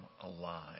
alive